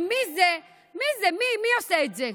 ומי זה, מי זה, מי עושה את זה?